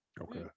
Okay